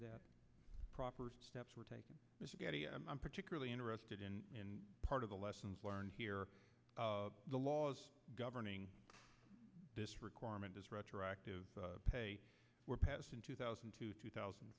that proper steps were taken i'm particularly interested in part of the lessons learned here the laws governing this requirement is retroactive pay were passed in two thousand to two thousand